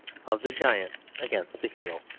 of the giant against the hero.